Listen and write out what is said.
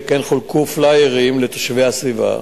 וכן חולקו פלאיירים לתושבי הסביבה.